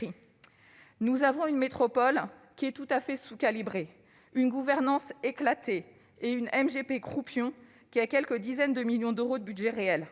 « Nous avons une métropole qui est tout à fait sous-calibrée, une gouvernance éclatée et une MGP croupion qui a quelques dizaines de millions d'euros de budget réel.